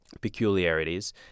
Peculiarities